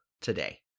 today